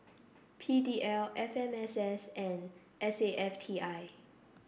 P D L F M S S and S A F T I